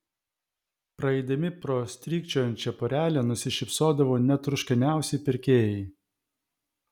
praeidami pro strykčiojančią porelę nusišypsodavo net rūškaniausi pirkėjai